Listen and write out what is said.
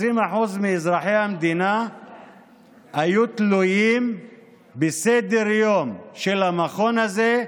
20% מאזרחי המדינה היו תלויים בסדר-היום של המכון הזה,